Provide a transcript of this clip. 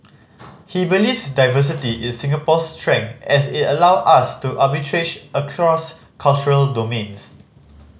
he believes diversity is Singapore's strength as it allow us to arbitrage across cultural domains